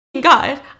god